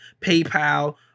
PayPal